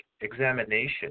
examination